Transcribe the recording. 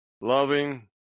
loving